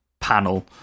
panel